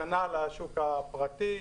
כנ"ל השוק הפרטי.